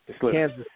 Kansas